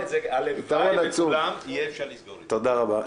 תודה רבה.